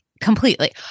Completely